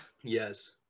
yes